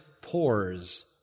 pores